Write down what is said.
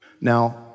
Now